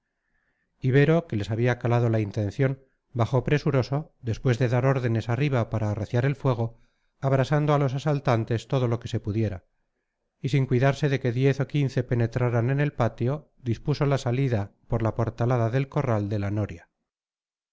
tapia ibero que les había calado la intención bajó presuroso después de dar órdenes arriba para arreciar el fuego abrasando a los asaltantes todo lo que se pudiera y sin cuidarse de que diez o quince penetraran en el patio dispuso la salida por la portalada del corral de la noria